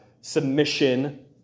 submission